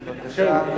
בבקשה.